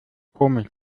komisch